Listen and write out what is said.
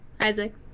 Isaac